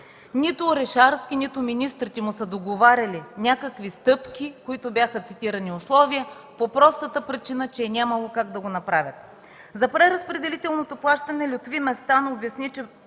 Нито Орешарски, нито министрите му са договаряли някакви стъпки, които бяха цитирани условия, по простата причина че е нямало как да го направят. За преразпределителното плащане Лютви Местан обясни, че